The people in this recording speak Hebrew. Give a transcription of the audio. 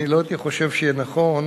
אני לא חושב שיהיה נכון